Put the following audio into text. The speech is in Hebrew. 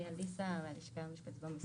אני מהלשכה המשפטית במשרד.